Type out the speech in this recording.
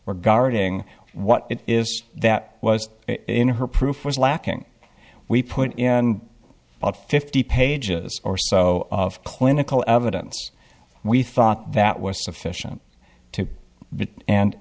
regarding what it is that was in her proof was lacking we put in about fifty pages or so of clinical evidence we thought that was sufficient to